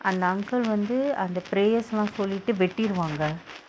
அந்த:andtha uncle வந்து அந்த:vandthu andtha prayers lah சொல்லிட்டு வெட்டிருவாங்க:sollitdu vetdiruvaangka